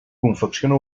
confecciona